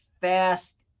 fast